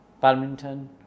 badminton